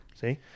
See